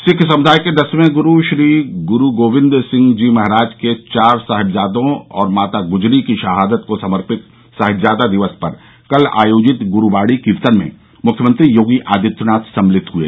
सिख समुदाय के दसवें गुरू श्री गुरू गोविन्द सिंह जी महाराज के चार साहिबजादों और माता गुजरी की शहादत को समर्पित साहिबजादा दिवस पर कल आयोजित ग्रूबाणी कीर्तन में मुख्यमंत्री योगी आदित्यनाथ सम्मिलित हए